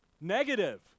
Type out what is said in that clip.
Negative